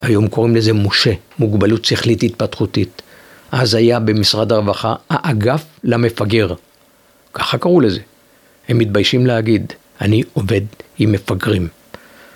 היום קוראים לזה מוש"ה, מוגבלות שכלית התפתחותית. אז היה במשרד הרווחה, האגף למפגר. ככה קראו לזה. הם מתביישים להגיד, אני עובד עם מפגרים.